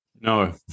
No